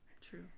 true